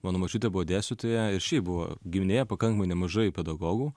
mano močiutė buvo dėstytoja ir šiaip buvo giminėje pakankamai nemažai pedagogų